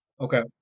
Okay